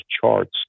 charts